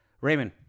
raymond